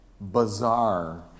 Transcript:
bizarre